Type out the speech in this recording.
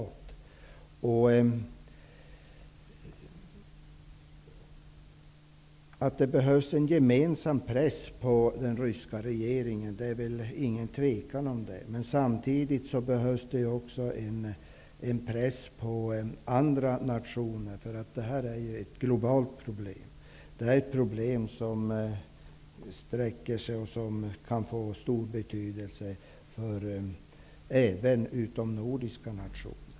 Det råder inget tvivel om att det behövs en gemensam press på den ryska regeringen. Samtidigt behövs det också en press på andra nationer. Detta är ett globalt problem. Det är ett problem som är utbrett och som kan få stor betydelse även för utomnordiska nationer.